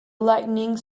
lightening